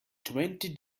twenty